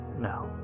No